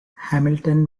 hamilton